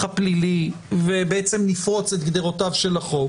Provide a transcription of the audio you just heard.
הפלילי ובעצם נפרוץ את גדרותיו של החוק,